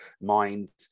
Mind